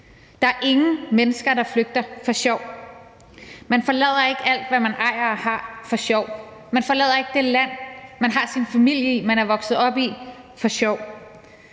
Der er ingen mennesker, der flygter for sjov. Man forlader ikke alt, hvad man ejer og har, for sjov. Man forlader ikke det land, hvor man har sin familie, og hvor man er vokset op, for sjov.